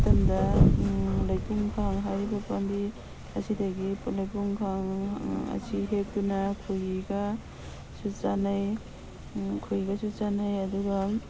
ꯃꯊꯪꯗ ꯂꯩꯄꯨꯡꯈꯥꯡ ꯍꯥꯏꯔꯤꯕ ꯄꯥꯝꯕꯤ ꯑꯁꯤꯗꯒꯤ ꯂꯩꯄꯨꯡꯈꯥꯡ ꯑꯁꯤ ꯍꯦꯛꯇꯨꯅ ꯈꯣꯍꯤꯒꯁꯨ ꯆꯥꯟꯅꯩ ꯈꯣꯍꯤꯒꯁꯨ ꯆꯥꯟꯅꯩ ꯑꯗꯨꯒ